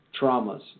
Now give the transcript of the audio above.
traumas